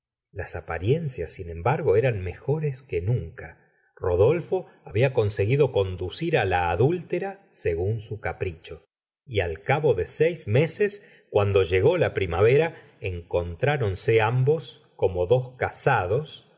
las apariencias sin embargo eran mejores que nunca rodolfo habla conseguido conducir á la adúltera según su capricho y al cabo de seis meses cuando llegó la primavera encontráronse ambos como dos casados